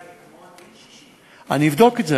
התקשר אלי אתמול בן 60. אני אבדוק את זה.